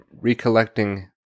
recollecting